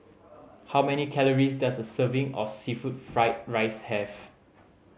how many calories does a serving of seafood fried rice have